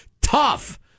tough